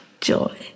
Joy